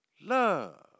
love